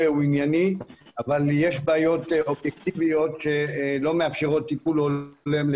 וענייני אבל יש בעיות אובייקטיביות שלא מאפשרות טיפול הולם,